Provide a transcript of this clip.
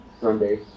sunday